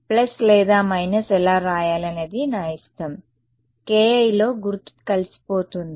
plus లేదా minus ఎలా వ్రాయాలి అనేది నా ఇష్టం ki లో గుర్తు కలిసిపోతుంది